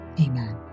Amen